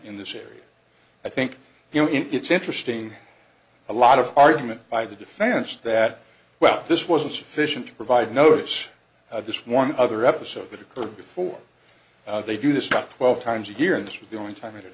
in this area i think you know it's interesting a lot of argument by the defense that well this wasn't sufficient to provide notice of this one other episode that occurred before they do this about twelve times a year and this was the only time it ha